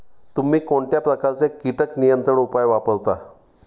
तुम्ही कोणत्या प्रकारचे कीटक नियंत्रण उपाय वापरता?